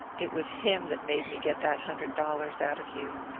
it was him that made me get that hundred dollars out of you.